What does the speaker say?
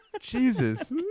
Jesus